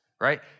right